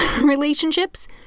relationships